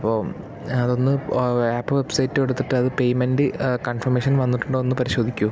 അപ്പോൾ അതൊന്ന് ആപ്പോ വെബ്സൈറ്റോ എടുത്തിട്ട് അത് പേയ്മെൻ്റ് കൺഫർമേഷൻ വന്നിട്ടുണ്ടോ ഒന്ന് പരിശോധിക്കുമോ